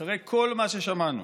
אחרי כל מה ששמענו,